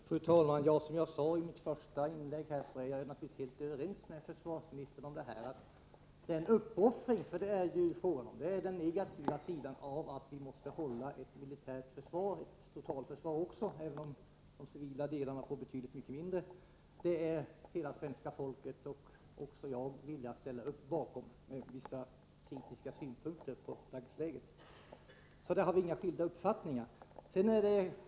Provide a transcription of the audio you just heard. Fru talman! Som jag sade i mitt första inlägg är jag naturligtvis helt överens med försvarsministern om att denna uppoffring är nödvändig. Det är den negativa sidan av att vi måste hålla ett militärt försvar, och även ett totalförsvar, även om de civila delarna får betydligt mindre. Hela svenska folket, och även jag, är villiga att ställa upp bakom detta — med vissa kritiska synpunkter på dagsläget. Försvarsministern och jag har alltså inga skilda uppfattningar på den punkten.